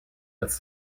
als